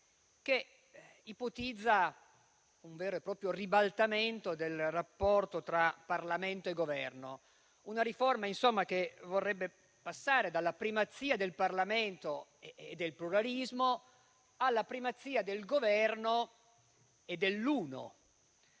che ipotizza un vero e proprio ribaltamento del rapporto tra Parlamento e Governo. Si tratterrebbe di una riforma, insomma, che vorrebbe passare dalla primazia del Parlamento e del pluralismo alla primazia del Governo e dell’uno.